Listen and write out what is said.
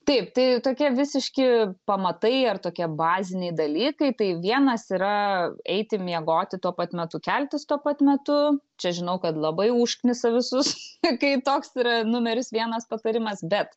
taip tai tokie visiški pamatai ar tokie baziniai dalykai tai vienas yra eiti miegoti tuo pat metu keltis tuo pat metu čia žinau kad labai užknisa visus kai toks yra numeris vienas patarimas bet